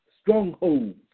strongholds